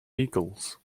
eagles